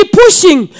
pushing